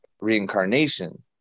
reincarnation